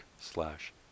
slash